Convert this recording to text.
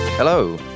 Hello